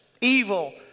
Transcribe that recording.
evil